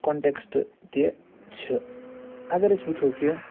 کۄنٛٹٮ۪کٕسٹہٕ تہِ چھِ اگر أسۍ وُچھو کہِ